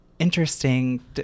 interesting